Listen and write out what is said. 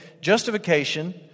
justification